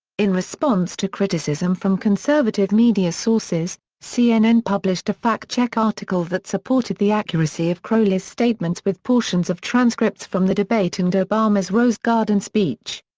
in response to criticism from conservative media sources, cnn published a fact check article that supported the accuracy of crowley's statements with portions of transcripts from the debate and obama's rose garden speech.